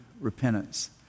repentance